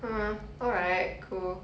hmm alright cool